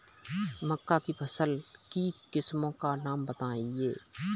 मक्का की फसल की किस्मों का नाम बताइये